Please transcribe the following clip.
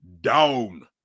down